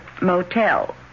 motel